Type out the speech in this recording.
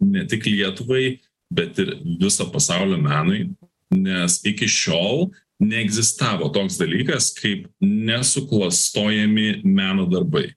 ne tik lietuvai bet ir viso pasaulio menui nes iki šiol neegzistavo toks dalykas kaip nesuklastojami meno darbai